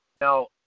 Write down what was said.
Now